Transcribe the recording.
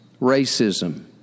racism